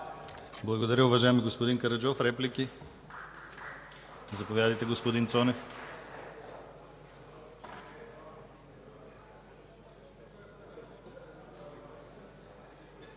Благодаря, уважаеми господин Караджов. Реплики? Заповядайте, господин Цонев.